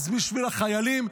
אז בשביל החיילים?